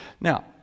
Now